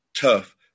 tough